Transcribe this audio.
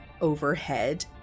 overhead